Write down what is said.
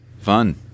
fun